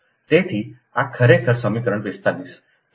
તેથી આ ખરેખર સમીકરણ 45